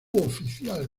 oficial